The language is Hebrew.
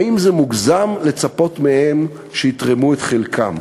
האם זה מוגזם לצפות מהם שיתרמו את חלקם?